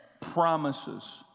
promises